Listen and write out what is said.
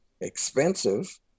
expensive